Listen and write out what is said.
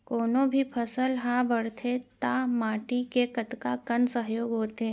कोनो भी फसल हा बड़थे ता माटी के कतका कन सहयोग होथे?